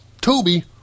Toby